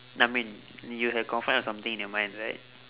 no I mean you have confirm have something in your mind right